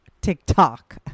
TikTok